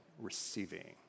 receiving